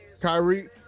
kyrie